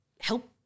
help